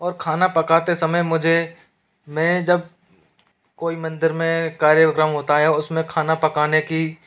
और खाना पकाते समय मुझे मैं जब कोई मंदिर में कार्यक्रम होता है उस में खाना पकाने की